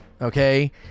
okay